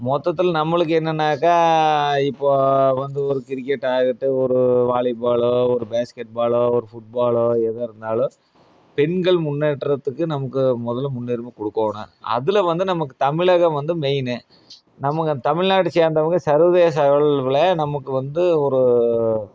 மொத்தத்தில் நம்மளுக்கு என்னெனாக்கா இப்போது வந்து ஒரு கிரிக்கெட்டாக ஆகட்டும் ஒரு வாலிபாலோ ஒரு பேஸ்கட் பாலோ ஒரு ஃபுட் பாலோ எதாக இருந்தாலும் பெண்கள் முன்னேற்றத்துக்கு நமக்கு முதல்ல முன்னுரிமை கொடுக்கோணும் அதில் வந்து நமக்கு தமிழகம் வந்து மெயினு நம்ம தமிழ்நாட்டை சேர்ந்தவங்க சர்வதேச அளவில் உள்ள நமக்கு வந்து ஒரு